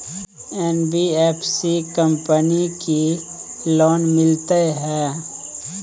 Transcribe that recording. NBFC company की loan मिलते है?